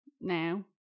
now